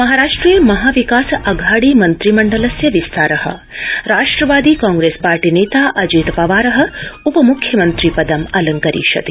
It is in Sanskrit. महाराष्ट्रे महाविकास अघाडी मन्नित्रमण्डलस्य विस्तार राष्ट्रवादी कांग्रेस पार्टी नेता अजीत पवार उपमुख्यमन्त्री पदमलंकरिष्यति